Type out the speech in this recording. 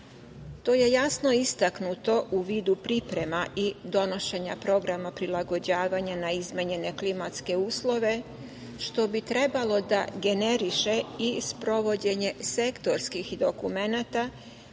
To je jasno istaknuto u vidu priprema i donošenja programa prilagođavanja na izmenjene klimatske uslove što bi trebalo da generiše i sprovođenje sektorskih dokumenata